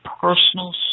personal